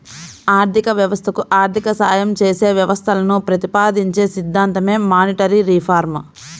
ఆర్థిక వ్యవస్థకు ఆర్థిక సాయం చేసే వ్యవస్థలను ప్రతిపాదించే సిద్ధాంతమే మానిటరీ రిఫార్మ్